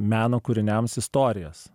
meno kūriniams istorijas